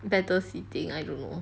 better sitting I don't know